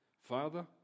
Father